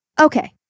Okay